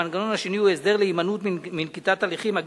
והמנגנון השני הוא הסדר להימנעות מנקיטת הליכים.